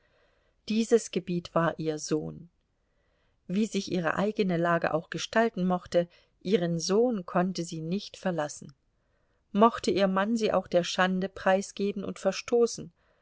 dieses gebiet war ihr sohn wie sich ihre eigene lage auch gestalten mochte ihren sohn konnte sie nicht verlassen mochte ihr mann sie auch der schande preisgeben und verstoßen